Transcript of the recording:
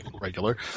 regular